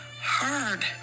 hard